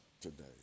today